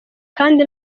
kandi